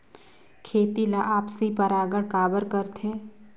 खेती ला आपसी परागण काबर करथे?